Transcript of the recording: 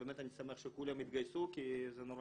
באמת אני שמח שכולם התגייסו כי זה נורא